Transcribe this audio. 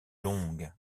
longues